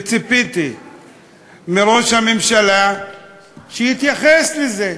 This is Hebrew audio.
וציפיתי מראש הממשלה שהתייחס לזה,